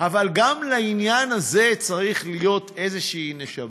אבל גם לעניין הזה צריכה להיות איזושהי נשמה.